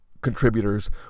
contributors